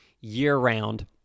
year-round